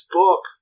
book